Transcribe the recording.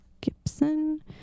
Gibson